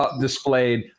displayed